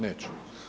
Neće.